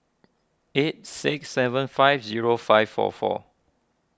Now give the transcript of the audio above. eight six seven five zero five four four